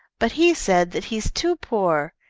but he said that he is too poor.